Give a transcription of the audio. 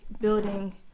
building